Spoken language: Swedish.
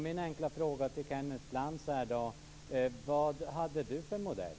Min enkla fråga till Kenneth Lantz är: Vad hade du för modell?